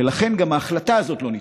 ולכן גם ההחלטה הזאת לא נתפסת.